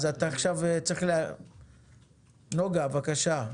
נגה, בבקשה.